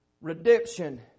redemption